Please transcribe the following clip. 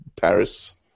Paris